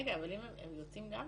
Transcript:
רגע, אבל הם יוצאים גם מהארץ,